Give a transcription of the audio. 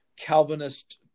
Calvinist